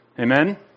Amen